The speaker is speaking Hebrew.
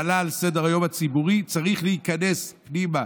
שעלה על סדר-היום הציבורי, צריך להיכנס פנימה.